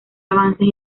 avances